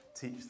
Teach